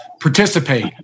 participate